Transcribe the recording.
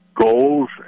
goals